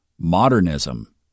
modernism